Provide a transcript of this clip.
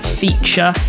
feature